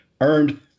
earned